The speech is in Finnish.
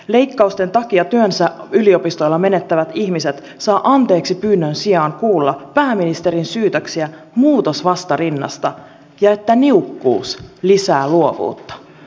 leikkausten takia työnsä yliopistolla menettävät ihmiset saavat anteeksipyynnön sijaan kuulla pääministerin syytöksiä muutosvastarinnasta ja sen että niukkuus lisää luovuutta